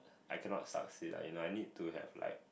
I cannot succeed lah you know I need to have like